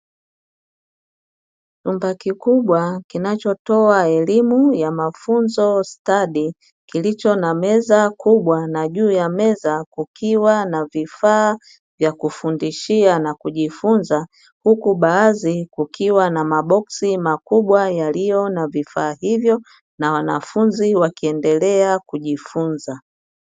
Chumba kikubwa kinachotoa elimu ya mafunzo stadi kilicho na meza kubwa na juu ya meza kukiwa na vifaa vya kufundishia na kujifunza, huku baadhi kukiwa na maboksi makubwa yaliyo na vifaa hivyo na wanafunzi wakiendelea kujifunza.